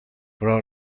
pro